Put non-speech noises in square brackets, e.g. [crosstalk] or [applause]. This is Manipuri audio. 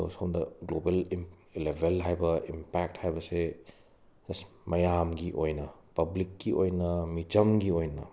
ꯑꯗꯣ ꯁꯣꯝꯗ ꯒ꯭ꯂꯣꯕꯜ ꯂꯦꯚꯦꯜ ꯍꯥꯏꯕ ꯏꯝꯄꯦꯛ ꯍꯥꯏꯕꯁꯦ [unintelligible] ꯃꯌꯥꯝꯒꯤ ꯑꯣꯏꯅ ꯄꯕꯤꯛꯀꯤ ꯑꯣꯏꯅ ꯃꯤꯆꯝꯒꯤ ꯑꯣꯏꯅ